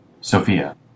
Sophia